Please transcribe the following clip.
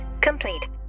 complete